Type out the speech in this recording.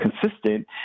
consistent